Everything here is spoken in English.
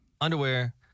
underwear